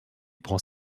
prend